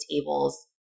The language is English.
tables